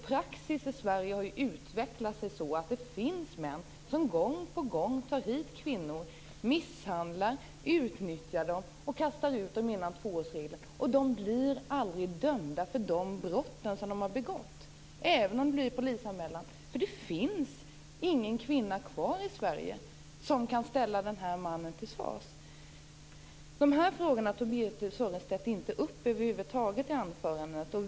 Praxisen i Sverige har utvecklats så att det finns män som gång på gång tar hit kvinnor, misshandlar dem, utnyttjar dem och kastar ut dem med hjälp av tvåårsregeln. De blir aldrig dömda för de brott som de har begått även om det blir polisanmälan, för det finns inga kvinnor kvar i Sverige som kan ställa männen till svars. De här frågorna tog Birthe Sörestedt över huvud taget inte upp i anförandet.